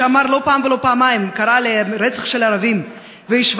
שלא פעם ולא פעמיים קרא לרצח של ערבים והשווה